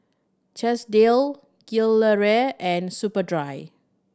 Chesdale Gilera and Superdry